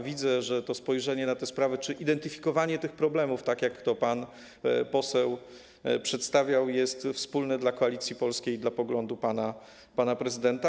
Widzę, że spojrzenie na te sprawy czy identyfikowanie tych problemów, tak jak to pan poseł przedstawiał, jest wspólne dla Koalicji Polskiej i dla pana prezydenta.